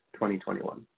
2021